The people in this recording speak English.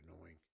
annoying